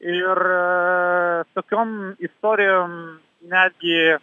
ir tokiom istorijom netgi